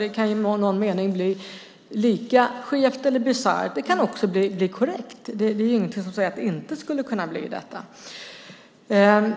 Det kan i någon mening bli lika skevt eller bisarrt. Det kan också bli korrekt. Det är ingenting som säger att det inte skulle kunna bli det.